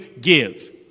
give